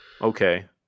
Okay